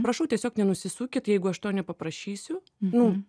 prašau tiesiog nenusisukit jeigu aš to nepaprašysiu nu